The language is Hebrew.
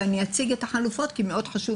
ואני אציג את החלופות כי מאוד חשוב